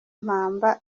impamba